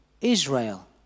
Israel